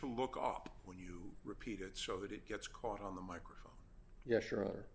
to look up when you repeat it so that it gets caught on the microphone yeah sure